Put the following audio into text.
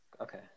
Okay